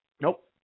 Nope